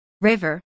River